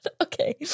Okay